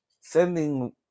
sending